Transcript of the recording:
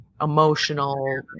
emotional